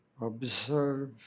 Observe